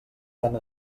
tant